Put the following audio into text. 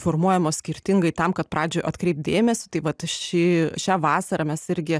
formuojamos skirtingai tam kad pradžioj atkreipt dėmesį tai vat ši šią vasarą mes irgi